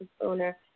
owner